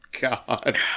god